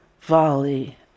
volley